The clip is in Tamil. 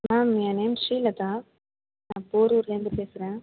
மேம் என் நேம் ஸ்ரீலதா நான் போரூர்லந்து பேசுகிறேன்